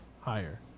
higher